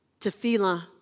Tefillah